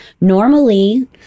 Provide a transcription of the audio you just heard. normally